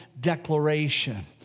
declaration